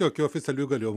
jokių oficialių įgaliojimų